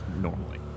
normally